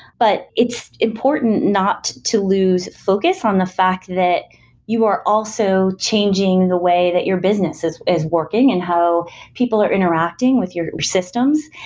but it's important not to lose focus on the fact that you are also changing the way that your business is is working and how people are interacting with your systems.